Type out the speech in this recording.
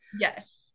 Yes